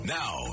now